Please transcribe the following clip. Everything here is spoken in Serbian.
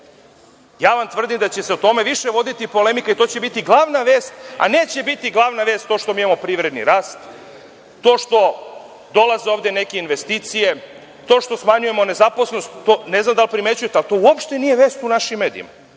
Nediću. Tvrdim da će se o tome više voditi polemika i to će biti glavna vest, a neće biti glavna vest to što imamo privredni rast, to što ovde dolaze neke investicije, to što smanjujemo nezaposlenost. Ne znam da li primećujete, ali to uopšte nije vest u našim medijima.